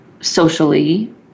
socially